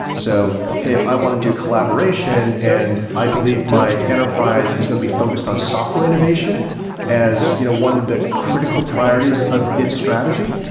so hey, if i want to do collaboration and i believe my enterprise is going to be focused on software innovation as you know one of the critical priorities of its strategy,